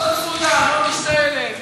לא צרודה, לא משתעלת.